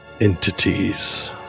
entities